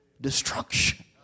destruction